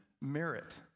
merit